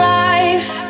life